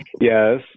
Yes